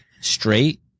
straight